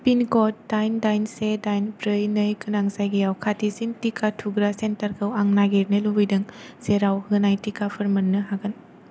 pin code दाइन दाइन से दाइन ब्रै नै गोनां जायगायाव खाथिसिन टिका थुग्रा सेन्टारखौ आं नागिरनो लुबैदों जेराव रां होनाय टिकाफोर मोन्नो हागोन